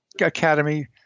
academy